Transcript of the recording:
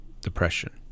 depression